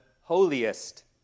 holiest